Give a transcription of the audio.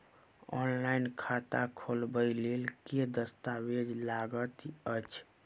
Online खाता खोलबय लेल केँ दस्तावेज लागति अछि?